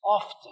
often